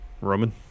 Roman